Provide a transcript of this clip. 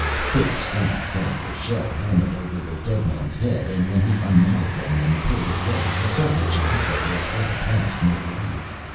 thick straps held the shell helmet over the dead man's head and when he unknotted them and pulled it away he saw that ch'aka was well past middle age.